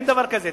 אין דבר כזה.